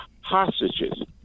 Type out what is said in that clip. hostages